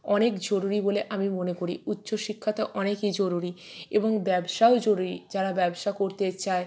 অনেক জরুরি বলে আমি মনে করি উচ্চশিক্ষা তো অনেকই জরুরি এবং ব্যবসাও জরুরি যারা ব্যবসা করতে চায়